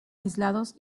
aislados